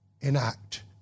Enact